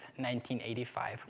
1985